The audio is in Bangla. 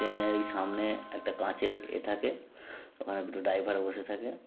ট্রেনে ওই সামনে একটা কাচের এ থাকে আর দুটো ড্রাইভার বসে থাকে